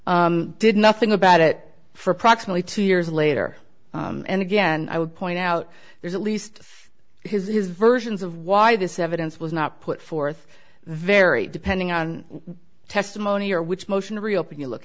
did nothing about it for approximately two years later and again i would point out there's at least his versions of why this evidence was not put forth vary depending on testimony or which motion to reopen you look